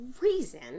reason